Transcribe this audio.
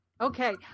Okay